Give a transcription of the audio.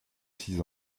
six